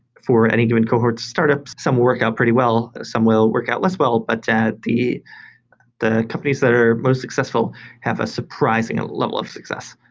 for any given cohort startups, some work out pretty well. some will work out less well, but the the companies that are most successful have a surprising level of success.